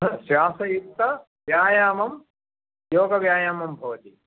तद् श्वासयुक्तव्यायामः योगव्यायामः भवति